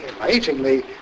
amazingly